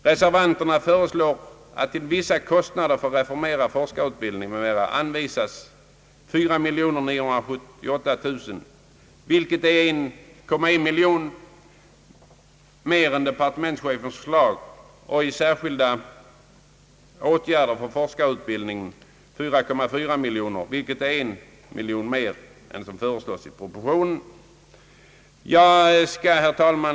Reservanterna föreslår att till vissa kostnader för reformered forskarutbildning m.m. anvisas 4978000 kronor, vilket är 1,1 miljon kronor mer än departementschefens förslag, och till särskilda åtgärder för forskarutbildning 4,4 miljoner kronor, vilket är 1 miljon mer än som föreslås i propositionen. Herr talman!